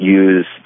use